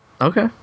Okay